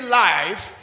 life